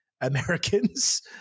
Americans